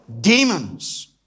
Demons